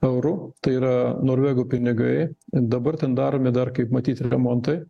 eurų tai yra norvegų pinigai dabar ten daromi dar kaip matyt remontai